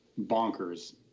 bonkers